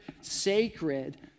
sacred